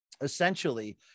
essentially